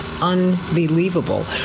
unbelievable